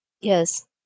Yes